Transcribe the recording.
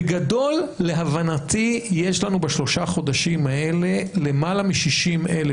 בגדול להבנתי יש לנו בשלושה חודשים האלה למעלה מ-60,000